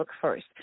first